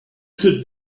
could